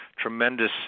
tremendous